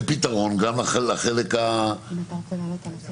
פתרון גם לחלק --- דיברת להעלות את נושא